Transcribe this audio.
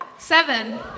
Seven